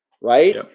Right